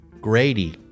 Grady